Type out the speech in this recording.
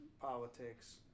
politics